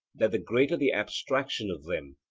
that the greater the abstraction of them,